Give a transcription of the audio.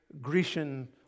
Grecian